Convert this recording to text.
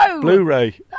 Blu-ray